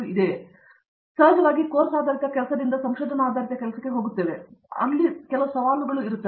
ನಾನು ಸಹಜವಾಗಿ ನಾವು ಕೋರ್ಸ್ ಆಧಾರಿತ ಕೆಲಸದಿಂದ ಸಂಶೋಧನಾ ಆಧಾರಿತ ಕೆಲಸಕ್ಕೆ ಹೋಗುತ್ತೇವೆ ಅದು ಸ್ವತಃ ಕೆಲವು ಸವಾಲುಗಳನ್ನು ಒದಗಿಸುತ್ತದೆ